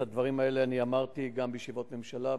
את הדברים האלה אני אמרתי גם בישיבות ממשלה,